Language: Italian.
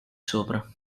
sopra